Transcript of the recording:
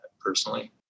personally